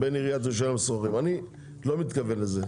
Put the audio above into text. בין עיריית ירושלים לסוחרים אני לא מתכוון לזה,